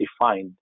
defined